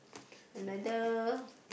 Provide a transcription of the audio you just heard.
another